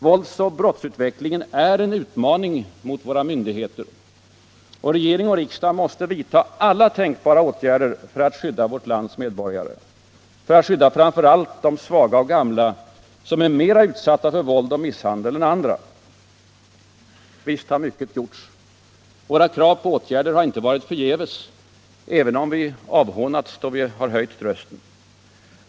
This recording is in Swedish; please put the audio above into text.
Vålds och brottsutvecklingen är en utmaning mot våra myndigheter. Regering och riksdag måste vidta alla tänkbara åtgärder för att skydda vårt lands medborgare och för att skydda framför allt de svaga och gamla som är mera utsatta för våld och misshandel än andra. Visst har mycket gjorts. Våra krav på bestämda åtgärder har inte varit förgäves, även om vi avhånats då vi höjt rösten.